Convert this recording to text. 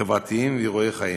חברתיים ואירועי חיים.